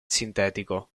sintetico